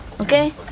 Okay